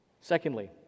Secondly